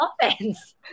offense